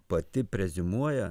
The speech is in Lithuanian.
pati preziumuoja